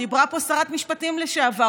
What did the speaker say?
דיברה פה שרת משפטים לשעבר,